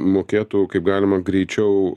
mokėtų kaip galima greičiau